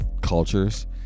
cultures